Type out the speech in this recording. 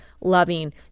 loving